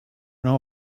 know